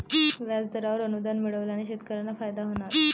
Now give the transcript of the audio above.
व्याजदरावर अनुदान मिळाल्याने शेतकऱ्यांना फायदा होणार